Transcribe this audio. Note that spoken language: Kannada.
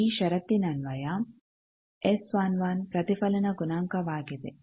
ಈ ಷರತ್ತಿನನ್ವಯ ಎಸ್11 ಪ್ರತಿಫಲನ ಗುಣಾಂಕವಾಗಿದೆ